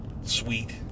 sweet